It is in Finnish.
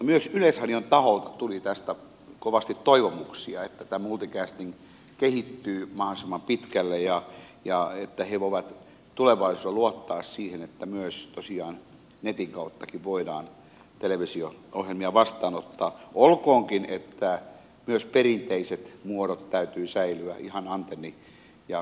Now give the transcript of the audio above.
myös yleisradion taholta tuli tästä kovasti toivomuksia että tämä multicasting kehittyisi mahdollisimman pitkälle ja että he voisivat tulevaisuudessa luottaa siihen että myös tosiaan netinkin kautta voidaan televisio ohjelmia vastaanottaa olkoonkin että myös perinteisten muotojen täytyy säilyä ihan antenni ja kaapelitalouksien